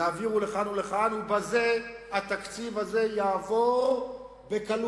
יעברו לכאן או לכאן, ובזה התקציב הזה יעבור בקלות.